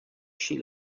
she